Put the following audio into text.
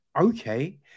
Okay